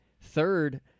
Third